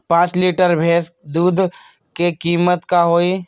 पाँच लीटर भेस दूध के कीमत का होई?